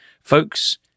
Folks